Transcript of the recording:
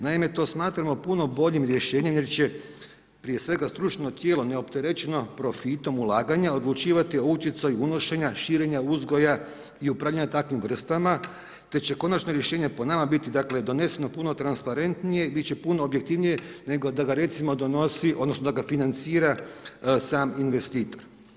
Naime, to smatramo puno boljim rješenjem, jer će prije svega stručno tijelo neopterećeno profitom ulaganja odlučivati o utjecaju unošenja, širenja uzgoja i upravljanja takvim vrstama, te će konačno rješenje po nama biti, dakle doneseno puno transparentnije, bit će puno objektivnije nego da ga recimo donosi, odnosno da ga financira sam investitor.